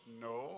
No